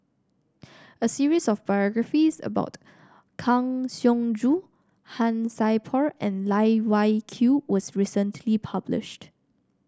a series of biographies about Kang Siong Joo Han Sai Por and Loh Wai Kiew was recently published